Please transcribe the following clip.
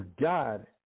God